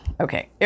Okay